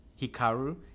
hikaru